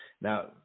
Now